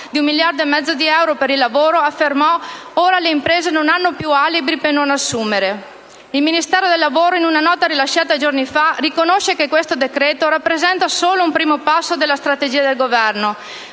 di 1,5 miliardi dì euro per il lavoro, affermò: «Ora le imprese non hanno più alibi per non assumere». Il Ministero del lavoro, in una nota rilasciata giorni fa, riconosce che questo decreto rappresenta solo un primo passo della strategia del Governo,